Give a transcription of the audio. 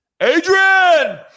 Adrian